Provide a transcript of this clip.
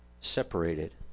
separated